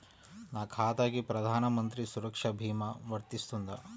నా ఖాతాకి ప్రధాన మంత్రి సురక్ష భీమా వర్తిస్తుందా?